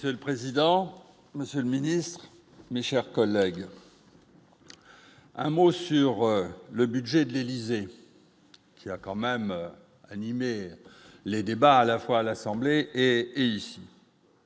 Monsieur le président, Monsieur le Ministre, mes chers collègues, un mot sur le budget de l'Élysée qui a quand même animé les débats à la fois à l'Assemblée et est